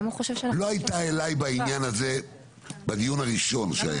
לא הייתה פנייה אליי בעניין הזה בדיון הראשון שהיה,